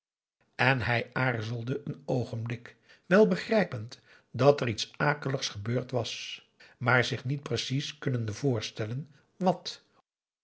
en hij aarzelde een oogenblik wel begrijpend dat er iets akeligs gebeurd was maar zich niet precies kunnende voorstellen wat